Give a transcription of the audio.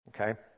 Okay